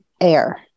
air